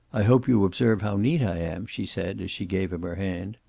i hope you observe how neat i am, she said, as she gave him her hand.